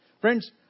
Friends